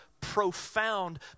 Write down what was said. profound